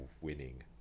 winning